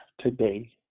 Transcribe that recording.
today